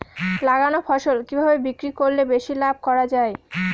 লাগানো ফসল কিভাবে বিক্রি করলে বেশি লাভ করা যায়?